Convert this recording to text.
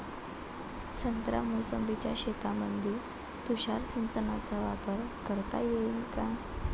संत्रा मोसंबीच्या शेतामंदी तुषार सिंचनचा वापर करता येईन का?